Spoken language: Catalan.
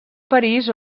parís